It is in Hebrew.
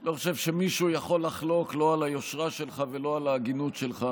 אני לא חושב שמישהו יכול לחלוק על היושרה שלך ועל ההגינות שלך.